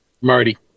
Marty